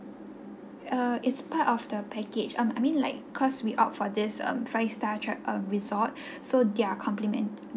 uh it's part of the package um I mean like cause we opt for this um five star tra~ um resort so their complement